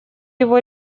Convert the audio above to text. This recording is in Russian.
его